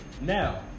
Now